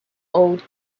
old